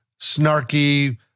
snarky